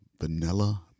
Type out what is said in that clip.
vanilla